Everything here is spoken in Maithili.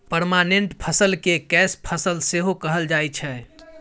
परमानेंट फसल केँ कैस फसल सेहो कहल जाइ छै